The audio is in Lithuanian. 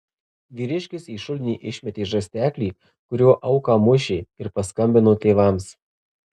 vyriškis į šulinį išmetė žarsteklį kuriuo auką mušė ir paskambino tėvams